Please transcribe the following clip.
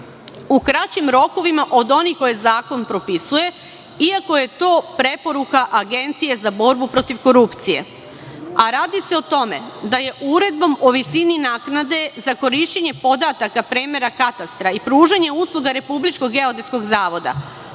u kraćim rokovima od onih koje zakon propisuje, iako je to preporuka Agencije za borbu protiv korupcije. Radi se o tome da je Uredbom o visini naknade za korišćenje podataka premera katastra i pružanje usluga Republičkog geodetskog zavoda